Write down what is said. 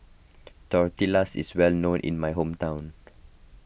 Tortillas is well known in my hometown